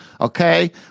Okay